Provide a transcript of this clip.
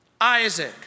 Isaac